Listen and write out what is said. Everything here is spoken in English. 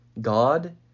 God